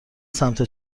سمت